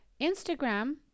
Instagram